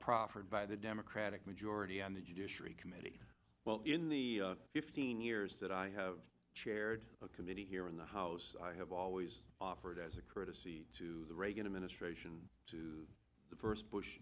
d by the democratic majority on the judiciary committee well in the fifteen years that i have chaired a committee here in the house i have always offered as a courtesy to the reagan administration to the first bush